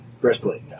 breastplate